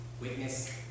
witness